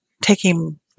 taking